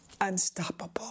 unstoppable